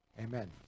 Amen